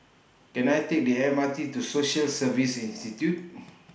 Can I Take The M R T to Social Service Institute